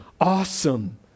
awesome